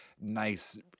nice